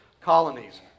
colonies